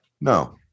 No